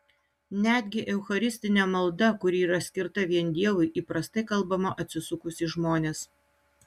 netgi eucharistinė malda kuri yra skirta vien dievui įprastai kalbama atsisukus į žmones